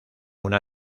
una